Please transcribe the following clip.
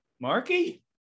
Marky